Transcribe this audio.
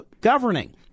governing